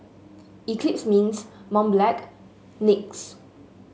Eclipse Mints Mont Blanc NYX